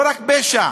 לא רק על פשע,